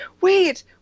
wait